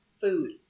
food